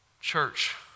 Church